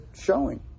showing